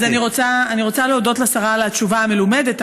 אני רוצה להודות לשרה על התשובה המלומדת,